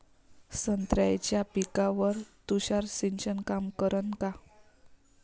संत्र्याच्या पिकावर तुषार सिंचन काम करन का?